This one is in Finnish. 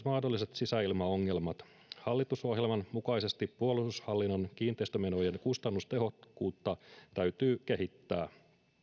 mahdolliset sisäilmaongelmat hallitusohjelman mukaisesti puolustushallinnon kiinteistömenojen kustannustehokkuutta täytyy kehittää